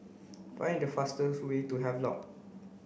find the fastest way to Havelock